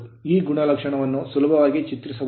ಈ ಗುಣಲಕ್ಷಣವನ್ನು ಸುಲಭವಾಗಿ ಚಿತ್ರಿಸಬಹುದು